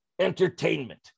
entertainment